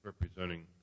representing